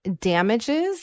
damages